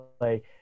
play